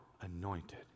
anointed